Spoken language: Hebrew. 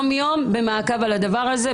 הוא נמצא במעקב יום יומי אחרי הדבר הזה,